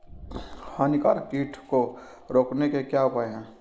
हानिकारक कीट को रोकने के क्या उपाय हैं?